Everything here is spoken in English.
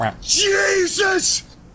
Jesus